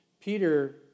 Peter